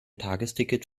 tagesticket